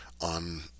on